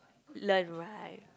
learn right